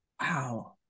Wow